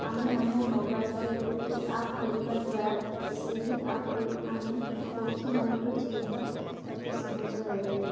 ଆମେ ଆମ ମୋବାଇଲରେ ଗୋଟେ ଆପ୍ ଖୋଲିବା ଦ୍ୱାରା ସେହି ଆପ୍ରେ ଆମେ ପକ୍ଷୀମାନଙ୍କୁ ଚିହ୍ନିବା ଅତି ସହଜ ହୋଇଥାଏ